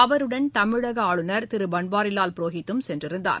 அவருடன் தமிழகஆளுநர் திருபன்வாரிலால் புரோகித்தும் சென்றிருந்தார்